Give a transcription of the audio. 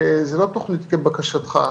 וזאת לא תוכנית כבקשתך.